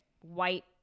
white